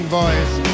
voice